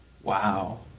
Wow